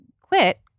quit